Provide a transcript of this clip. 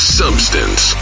substance